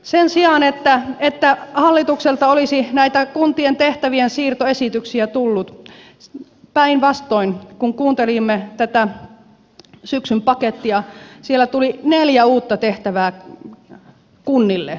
sen sijaan että hallitukselta olisi näitä kuntien tehtävien siirtoesityksiä tullut päinvastoin kun kuuntelimme tätä syksyn pakettia siellä tuli neljä uutta tehtävää kunnille